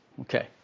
Okay